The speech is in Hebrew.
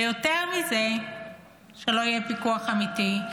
ויותר מזה שלא יהיה פיקוח אמיתי,